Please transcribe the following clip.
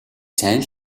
сайн